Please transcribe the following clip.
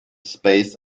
space